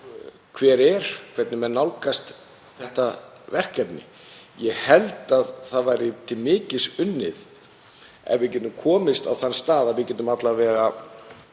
á því hvernig menn nálgast þetta verkefni. Ég held að það væri til mikils unnið ef við getum komist á þann stað að við gætum alla vega